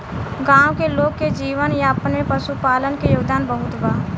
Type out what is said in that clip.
गाँव के लोग के जीवन यापन में पशुपालन के योगदान बहुत बा